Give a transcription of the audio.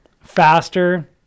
faster